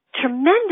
Tremendous